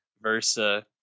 versa